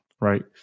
right